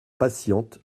patiente